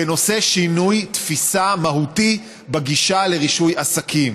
בנושא שינוי תפיסה מהותי בגישה לרישוי עסקים.